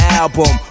album